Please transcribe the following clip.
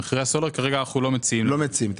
במחירי הסולר כרגע אנחנו לא מציעים הנחה.